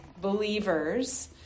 believers